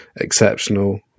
exceptional